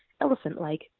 elephant-like